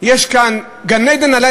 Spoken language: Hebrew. ולסגן השר,